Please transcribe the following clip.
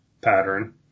pattern